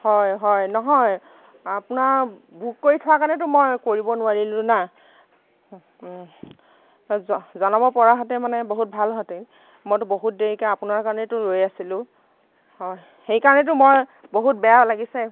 হয় হয় নহয় আপোনাৰ বুক কৰি থোৱাৰ কাৰণেটো মই কৰিব নোৱাৰিলো না ওহ জ জনাব পৰা হেঁতেন মানে বহুত ভাল হ'ল হেঁতেন মইতো বহুত দেৰিকৈ আপোনাৰ কাৰণেইটো ৰৈ আছিলোঁ হয় সেই কাৰণেইতো মই বহুত বেয়া লাগিছে